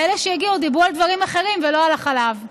ואלה שהגיעו דיברו על דברים אחרים ולא על החלב.